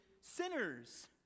sinners